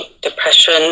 depression